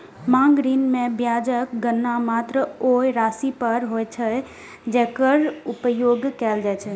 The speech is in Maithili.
मांग ऋण मे ब्याजक गणना मात्र ओइ राशि पर होइ छै, जेकर उपयोग कैल जाइ छै